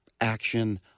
action